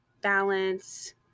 balance